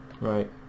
Right